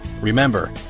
Remember